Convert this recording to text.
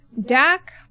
Dak